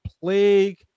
plague